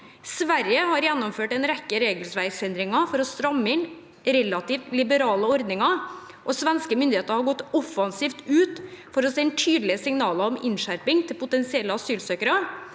«Sverige har gjennomført en rekke regelverksendringer for å stramme inn relativt liberale ordninger, og svenske myndigheter har gått offensivt ut for å sende tydelige signaler om innskjerping til potensielle asylsøkere.